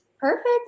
Perfect